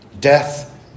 death